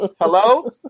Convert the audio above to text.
hello